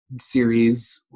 series